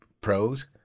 pros